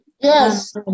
Yes